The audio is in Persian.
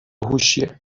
هوشیه